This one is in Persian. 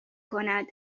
کند